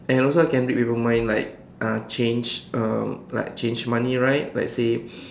and also I can read people mind like uh change uh like change money right let's say